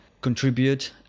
contribute